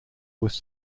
was